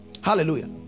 hallelujah